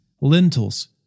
lentils